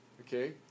okay